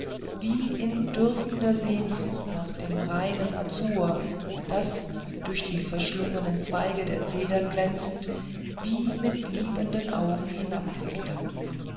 wie in dürstender sehnsucht nach dem reinen azur das durch die verschlungenen zweige der zedern glänzend wie mit liebenden augen